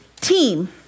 team